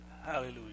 hallelujah